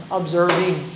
observing